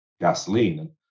gasoline